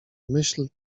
myśl